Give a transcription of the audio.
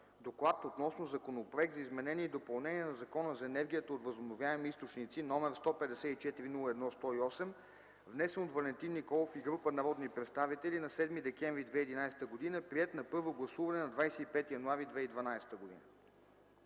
„ДОКЛАД относно Законопроект за изменение и допълнение на Закона за енергията от възобновяеми източници, № 154-01-108, внесен от Валентин Николов и група народни представители на 7 декември 2011 г., приет на първо гласуване на 25 януари 2012 г.